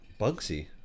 Bugsy